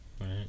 Right